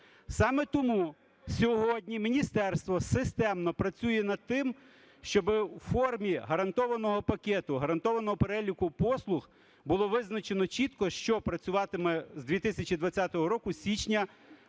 Саме тому сьогодні міністерство системно працює над тим, щоб у формі гарантованого пакету, гарантованого переліку послуг було визначено чітко, що працюватиме з 2020 року, з січня,